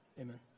Amen